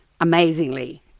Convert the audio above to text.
amazingly